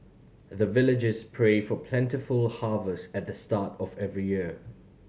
the villagers pray for plentiful harvest at the start of every year